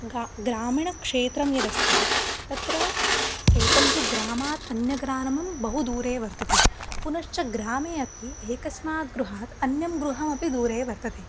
ग ग्रामीणक्षेत्रं यद् अस्ति तत्र एकं तु ग्रामात् अन्यग्रामः बहु दूरे वर्तते पुनश्च ग्रामे अपि एकस्मात् गृहात् अन्यत् गृहमपि दूरे वर्तते